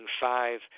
five